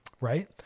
Right